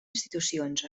institucions